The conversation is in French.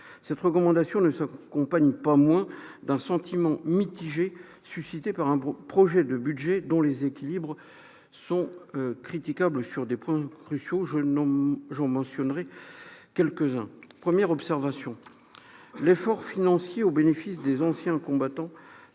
Cette recommandation ne s'en accompagne pas moins d'un sentiment mitigé suscité par un projet de budget dont les équilibres sont critiquables sur des points cruciaux. J'en mentionnerai quelques-uns. Première observation : l'effort financier au bénéfice des anciens combattants